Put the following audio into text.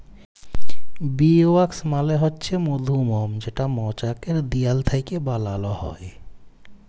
bee wax মালে হছে মধুমম যেটা মচাকের দিয়াল থ্যাইকে বালাল হ্যয়